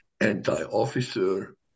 anti-officer